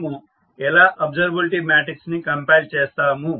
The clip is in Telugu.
మనము ఎలా అబ్సర్వబిలిటీ మాట్రిక్స్ ని కంపైల్ చేస్తాము